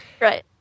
Right